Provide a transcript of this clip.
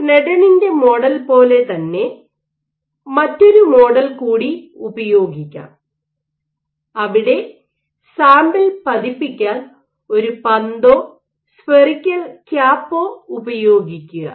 സ്നെഡണിന്റെ model Sneddon's model പോലെ തന്നെ മറ്റൊരു മോഡൽ കൂടി ഉപയോഗിക്കാം അവിടെ സാമ്പിൾ പതിപ്പിക്കാൻ ഒരു പന്തോ സ്ഫറിക്കൽ കാപ്പോ ഉപയോഗിക്കുക